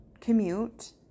commute